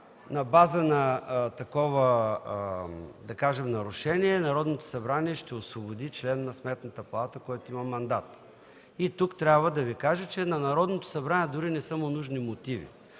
на база на такова нарушение Народното събрание ще освободи член на Сметната палата, който има мандат. Тук трябва да Ви кажа, че на Народното събрание дори не са му нужни мотиви.